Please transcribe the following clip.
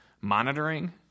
monitoring –